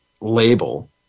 Label